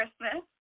Christmas